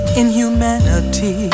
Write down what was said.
inhumanity